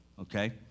okay